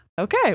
Okay